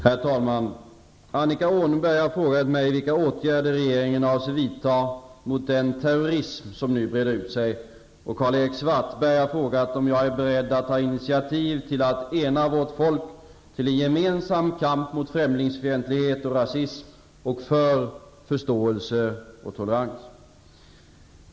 Herr talman! Annika Åhnberg har frågat mig vilka åtgärder regeringen avser vidta mot den terrorism som nu breder ut sig. Karl-Erik Svartberg har frågat om jag är beredd att ta initiativ till att ena vårt folk till en gemensam kamp mot främlingsfientlighet och rasism och för förståelse och tolerans.